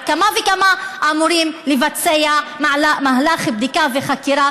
על אחת כמה וכמה אמורים לבצע מהלך בדיקה וחקירה,